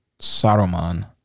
Saruman